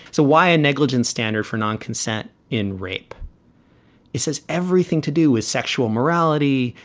so why a negligence standard for non consent in rape? it has everything to do with sexual morality,